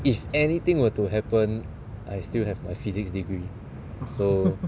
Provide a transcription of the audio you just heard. if anything were to happen I still have my physics degree so